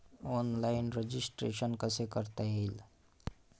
Online registration कसे करता येईल?